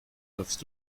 läufst